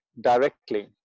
directly